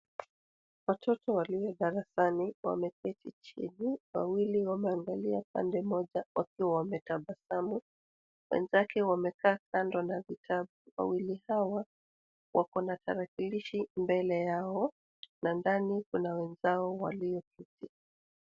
Watoto walio darasani wameketi chini. Wawili wameangalia kando, mmoja wakiwa wametabasamu. Wenzake wamekaa kando na vitabu, wawili hawa wako na tarakilishi mbele yao, na ndani kuna wenzao walioketi.